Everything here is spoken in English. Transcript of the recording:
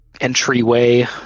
entryway